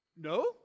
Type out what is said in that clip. No